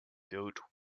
built